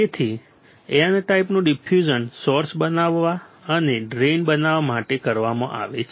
તેથી N ટાઈપનું diffusion source બનાવવા અને ડ્રેઇન બનાવવા માટે કરવામાં આવે છે